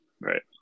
Right